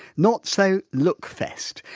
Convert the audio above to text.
not so lookfest.